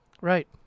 Right